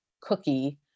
cookie